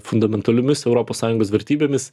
fundamentaliomis europos sąjungos vertybėmis